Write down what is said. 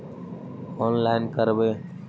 Online करवे?